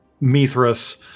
Mithras